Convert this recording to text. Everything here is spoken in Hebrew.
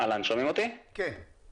בוקר טוב.